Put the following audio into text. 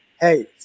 hey